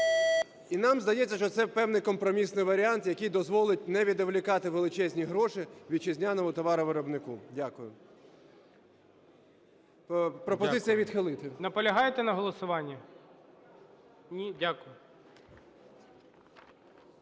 І нам здається, що це певний компромісний варіант, який дозволить не відволікати величезні гроші вітчизняному товаровиробнику. Дякую. Пропозиція – відхилити. ГОЛОВУЮЧИЙ. Дякую. Наполягає на голосуванні? Дякую.